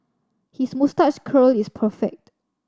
his moustache curl is perfect